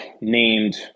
named